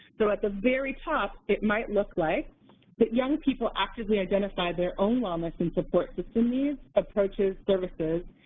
so at the very top it might look like that young people actively identify their own wellness and support system needs, approaches, services,